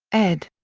ed.